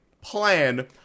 plan